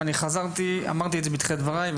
ואני אמרתי את זה בתחילת דבריי,